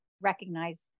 recognize